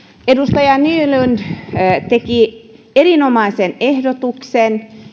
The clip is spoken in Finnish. edustaja nylund teki erinomaisen ehdotuksen